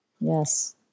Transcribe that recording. Yes